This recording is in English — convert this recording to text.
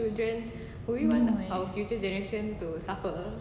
oh my